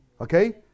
Okay